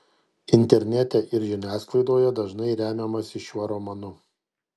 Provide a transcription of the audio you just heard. internete ir žiniasklaidoje dažnai remiamasi šiuo romanu